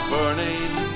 Burning